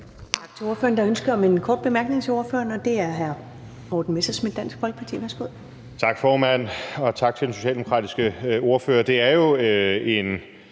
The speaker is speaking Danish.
Tak til ordføreren. Der er ønske om en kort bemærkning til ordføreren, og det er fra hr. Morten Messerschmidt, Dansk Folkeparti. Værsgo. Kl. 13:37 Morten Messerschmidt (DF): Tak, formand, og tak til den socialdemokratiske ordfører. Det er jo en